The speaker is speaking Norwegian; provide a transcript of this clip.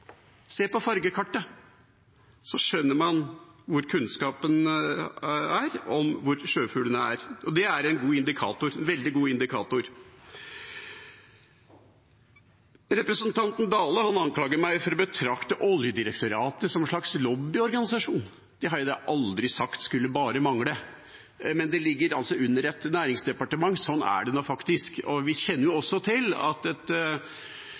en veldig god indikator. Representanten Dale anklager meg for å betrakte Oljedirektoratet som en slags lobbyorganisasjon. Det har jeg aldri sagt – det skulle bare mangle. Men det ligger altså under et næringsdepartement, sånn er det faktisk, og vi kjenner også til at